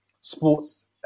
sports